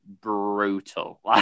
brutal